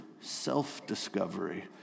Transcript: Self-discovery